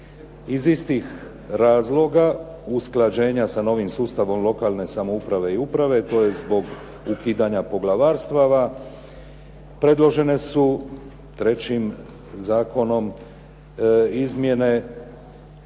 Iz istih razloga usklađenja sa novim sustavom lokalne uprave i samouprave tj. zbog ukidanja poglavarstava, predložene su trećim zakonom izmjene